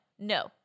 no